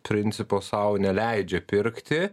principo sau neleidžia pirkti